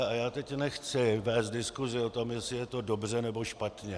A já teď nechci vést diskusi o tom, jestli je to dobře, nebo špatně.